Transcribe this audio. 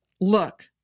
Look